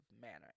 manner